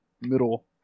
middle